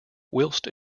whilst